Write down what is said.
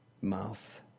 mouth